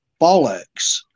bollocks